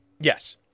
Yes